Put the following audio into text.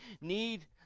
need